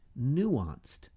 nuanced